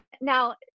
now